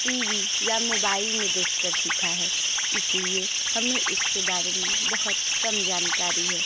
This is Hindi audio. टी वी या मोबाइल में देखकर सीखा है इसलिए हमें इसके बारे में बहुत कम जानकारी है